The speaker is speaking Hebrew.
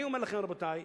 אני אומר לכם, רבותי,